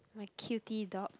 my cutie dog